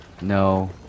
No